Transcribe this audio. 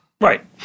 Right